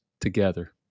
together